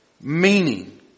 meaning